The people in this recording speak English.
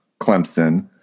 Clemson